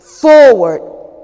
forward